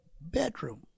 bedroom